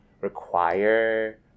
require